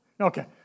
Okay